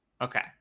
okay